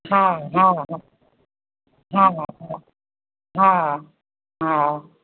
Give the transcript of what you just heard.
हँ हँ हँ हँ हूँ